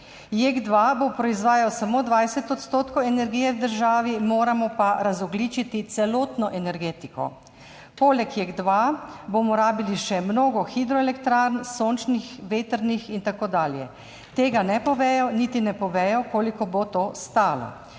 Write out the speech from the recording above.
JEK2 bo proizvajal samo 20 odstotkov energije v državi, moramo pa razogljičiti celotno energetiko. Poleg JEK2 bomo rabili še mnogo hidroelektrarn, sončnih, vetrnih in tako dalje. Tega ne povedo, niti ne povedo, koliko bo to stalo.